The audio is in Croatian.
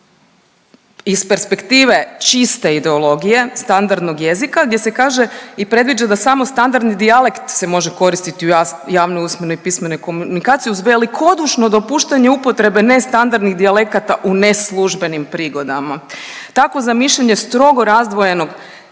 iz perspektive čiste ideologije standardnog jezika gdje se kaže i predviđa da samo standardni dijalekt se može koristiti u javnoj usmenoj i pismenoj komunikaciji uz velikodušno dopuštanje upotrebe nestandardnih dijalekata u neslužbenim prigodama. Takvo zamišljanje strogo razdvojenog,